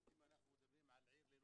אם אנחנו לא נערב את הקהילה,